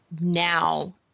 now